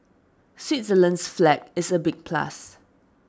Switzerland's flag is a big plus